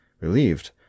relieved